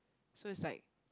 so is like